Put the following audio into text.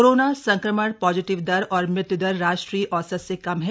corona संक्रमण positive दर और मृत्यु दर राष्ट्रीय औसत से कम हैं